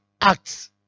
acts